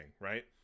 right